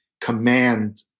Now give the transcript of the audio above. command